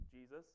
Jesus